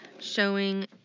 showing